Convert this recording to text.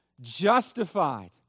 Justified